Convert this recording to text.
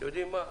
אתם יודעים מה?